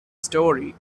story